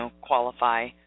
qualify